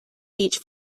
beach